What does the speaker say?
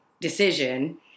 decision